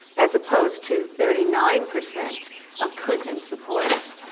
as opposed to thirty nine percent of clinton supporters.